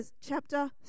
Chapter